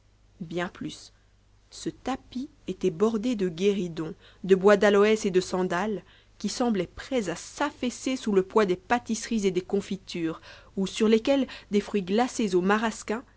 bien plus ce tapis était bordé de guéridons de bois d'aloès et de sandal qui semblaient prêts à s'affaisser sous le poids des pâtisseries et des confitures ou sur lesquels des fruits glacés nu marasquin